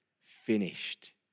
finished